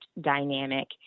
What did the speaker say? dynamic